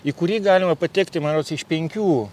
į kurį galima patekti man rods iš penkių